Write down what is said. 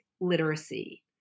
literacy